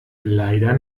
leider